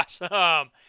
awesome